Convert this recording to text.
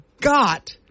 Got